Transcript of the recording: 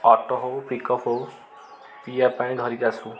auto ହେଉ pickup ହେଉ ପିଇବା ପାଣି ଧରିକି ଆସୁ